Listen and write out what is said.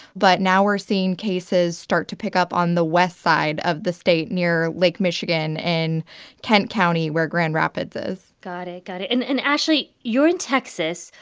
but now we're seeing cases start to pick up on the west side of the state near lake michigan and kent county where grand rapids is got it. got it. and and ashley, you're in texas.